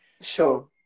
Sure